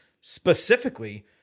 specifically